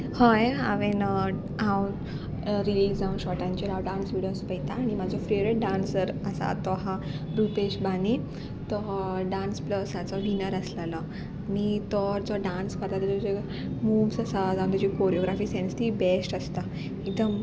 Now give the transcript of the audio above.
हय हांवें हांव रिल्स जावं शॉर्टांचेर हांव डांस विडियोज पळयता आनी म्हाजो फेवरेट डांसर आसा तो हा रुपेश बानी तो डांस प्लसाचो विनर आसलेलो आनी तो जो डांस करता तेजो जे मुव्स आसा जावन तेजी कोरियोग्राफी सेन्स ती बेस्ट आसता एकदम